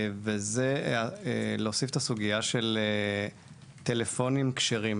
וזה להוסיף את הסוגיה של טלפונים כשרים.